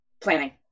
Planning